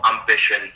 ambition